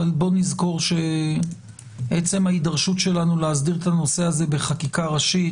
אבל בוא נזכור שעצם ההידרשות שלנו להסדיר את הנושא הזה בחקיקה ראשית,